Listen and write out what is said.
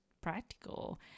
practical